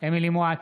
אמילי חיה מואטי,